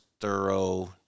thorough